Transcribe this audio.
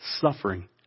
suffering